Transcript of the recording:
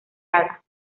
haga